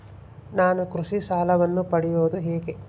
ನಾನು ಕೃಷಿ ಸಾಲವನ್ನು ಪಡೆಯೋದು ಹೇಗೆ?